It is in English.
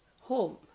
home